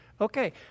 Okay